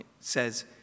says